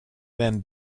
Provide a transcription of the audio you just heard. than